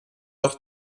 auch